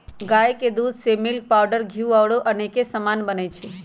गाई के दूध से मिल्क पाउडर घीउ औरो अनेक समान बनै छइ